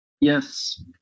Yes